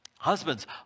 Husbands